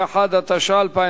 17) (סליקת עסקאות בכרטיסי חיוב), התשע"א 2011,